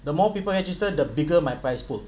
the more people register the bigger my price pool